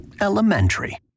elementary